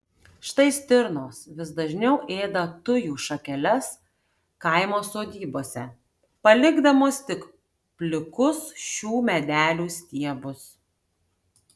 štai stirnos vis dažniau ėda tujų šakeles kaimo sodybose palikdamos tik plikus šių medelių stiebus